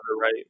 right